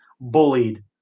bullied